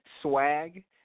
swag